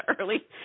early